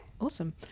awesome